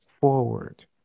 forward